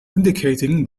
indicating